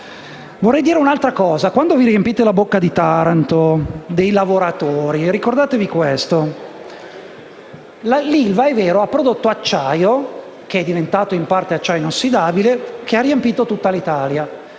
Vorrei dire un'altra cosa. Quando vi riempite la bocca di Taranto e dei lavoratori, ricordatevi questo: l'ILVA, è vero, ha prodotto acciaio, che è diventato in parte acciaio inossidabile e che ha riempito tutta l'Italia.